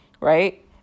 right